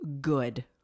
good